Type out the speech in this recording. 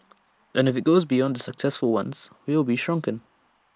and if IT goes beyond the successful ones we'll be shrunken